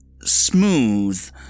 smooth